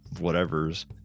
whatever's